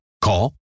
Call